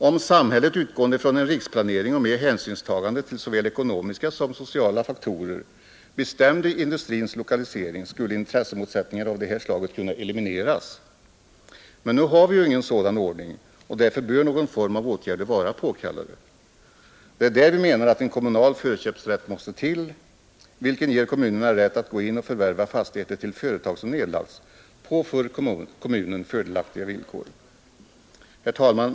Om samhället, utgaende från en riksplanering och med hänsynstagande till såväl ekonomiska som sociala faktorer, bestämde industrins lokalisering skulle intressemotsättningar av det här slaget kunna elimineras. Men nu har vi ingen sådan ordning och därför bör någon form av åtgärder vara påkallad. Det är där vi menar att en kommunal förköpsrätt måste till, vilken ger kommunerna rätt att gå in och förvärva fastigheter av företag som nedlagts, på för kommunerna fördelaktiga villkor. Herr talman!